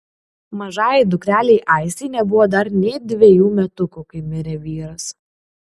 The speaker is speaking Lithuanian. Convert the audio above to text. mažajai dukrelei aistei nebuvo dar nė dvejų metukų kai mirė vyras